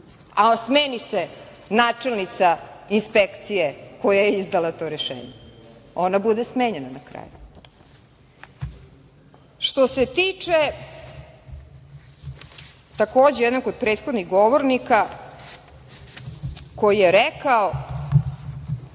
A smeni se načelnica inspekcije koja je izdala to rešenje. Ona bude smenjena na kraju. Što se tiče takođe jednog od prethodnih govornika, koji je rekao